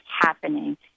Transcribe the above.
happening